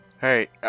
hey